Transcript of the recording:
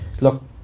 Look